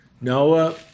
Noah